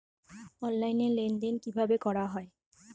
Online লেনদেন কিভাবে করা হয়?